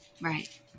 Right